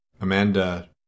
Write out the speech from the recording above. Amanda